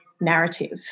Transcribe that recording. narrative